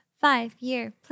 Five-year